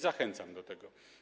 Zachęcam do tego.